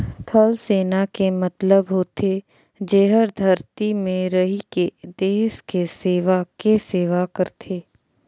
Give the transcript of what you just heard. थलसेना के मतलब होथे जेहर धरती में रहिके देस के सेवा के सेवा करथे